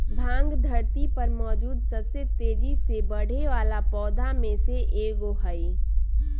भांग धरती पर मौजूद सबसे तेजी से बढ़ेवाला पौधा में से एगो हई